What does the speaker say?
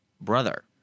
brother